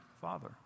father